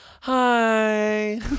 Hi